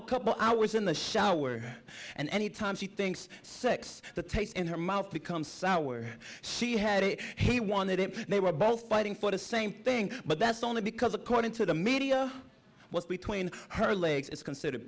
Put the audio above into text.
a couple hours in the shower and any time she thinks sex the taste in her mouth become sour she had it he wanted it and they were both fighting for the same thing but that's only because according to the media was between her legs is considered